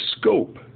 scope